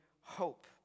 hope